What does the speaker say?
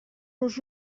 nos